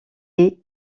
est